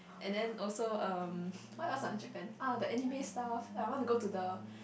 and then also um what else ah Japan ah the anime stuff I want to go to the